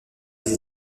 des